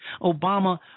Obama